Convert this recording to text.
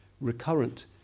recurrent